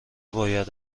باید